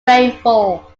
rainfall